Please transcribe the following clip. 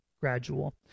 gradual